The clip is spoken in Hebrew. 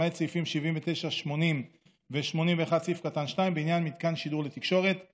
למעט סעיפים 80-79 ו-81(2) (בעניין מתקן שידור לתקשורת);